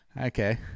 Okay